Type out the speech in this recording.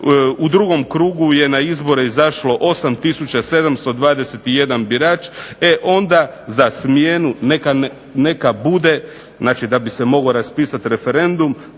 u drugom krugu je na izbore izašlo 8721 birač, e onda za smjenu neka bude, znači da bi se mogao raspisati referendum